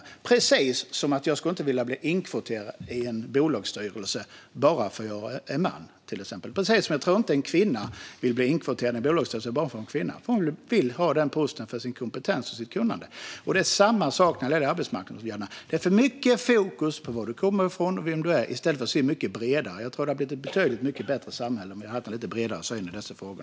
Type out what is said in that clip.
Det är precis samma sak som att jag inte skulle vilja bli inkvoterad i en bolagsstyrelse bara för att jag är man. Jag tror inte att en kvinna vill bli inkvoterad i en bolagsstyrelse bara för att hon är kvinna. Hon vill ha den posten tack vare sin kompetens och sitt kunnande. Det är samma sak när det gäller arbetsmarknadsåtgärderna. Man har för mycket fokus på var du kommer ifrån och vem du är i stället för att se mycket bredare. Jag tror att samhället hade blivit betydligt bättre om vi haft en lite bredare syn i dessa frågor.